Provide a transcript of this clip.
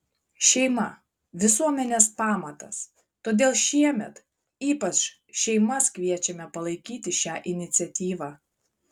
šeima visuomenės pamatas todėl šiemet ypač šeimas kviečiame palaikyti šią iniciatyvą